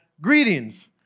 greetings